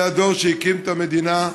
זה הדור שהקים את המדינה,